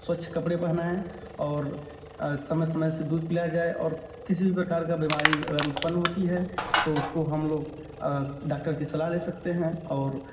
स्वच्छ कपड़े पहनाएँ और समय समय से दूध पिलाया जाए और किसी भी प्रकार की बीमारी अगर उत्पन्न होती है तो उसको हम लोग डाक्टर की सलाह ले सकते हैं और